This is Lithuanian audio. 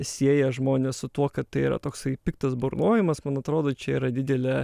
sieja žmonės su tuo kad tai yra toksai piktas burnojimas man atrodo čia yra didelė